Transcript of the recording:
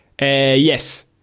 Yes